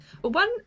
One